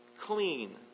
clean